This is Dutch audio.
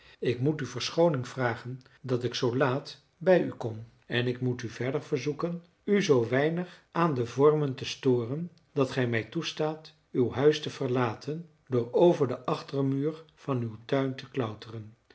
ik moet u verschooning vragen dat ik zoo laat bij u kom en ik moet u verder verzoeken u zoo weinig aan de vormen te storen dat gij mij toestaat uw huis te verlaten door over den achtermuur van uw tuin te klauteren